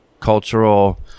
cultural